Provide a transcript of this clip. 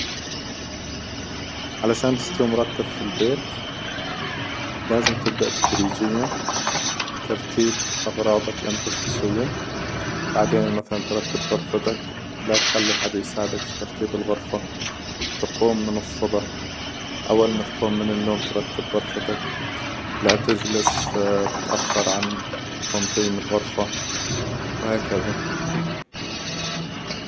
علشان تستوي مرتب في البيت لازم تبدأ تدريجيا بترتيب أغراظك إنت شخصيا، بعدين مثلا ترتب غرفتك، لا تخلي أحد يساعدك في ترتيب الغرفة، تقوم من الصبح أول ما تقوم من النوم ترتب غرفتك، لا تجلس تتأخر عن تنظيم الغرفة وهكذا.